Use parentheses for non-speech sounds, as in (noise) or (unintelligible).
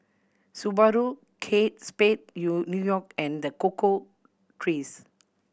Subaru Kate Spade (unintelligible) New York and The Cocoa Trees